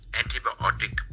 antibiotic